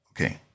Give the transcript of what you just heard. okay